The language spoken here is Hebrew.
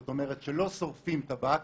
דהיינו, שלא שורפים טבק,